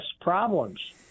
problems